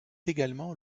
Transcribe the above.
également